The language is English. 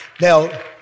now